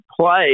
play